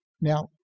Now